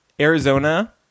Arizona